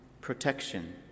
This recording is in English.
protection